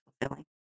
fulfilling